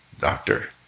doctor